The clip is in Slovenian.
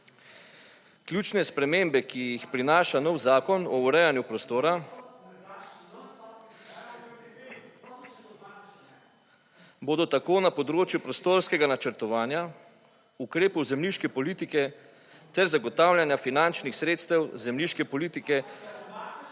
Ključne spremembe, ki jih prinaša nov zakon o urejanju prostora bodo tako na področju prostorskega načrtovanja, ukrepov zemljiške politike ter zagotavljanja finančnih sredstev zemljiške politike